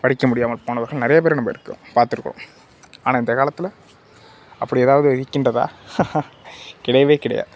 படிக்க முடியாமல் போனவர்கள் நிறைய பேர் நம்ம இருக்கோம் பார்த்து இருக்கோம் ஆனால் இந்தக் காலத்தில் அப்படி ஏதாவது இருக்கின்றதா கிடையவே கிடையாது